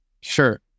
Sure